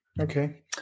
Okay